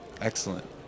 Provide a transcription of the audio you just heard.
Excellent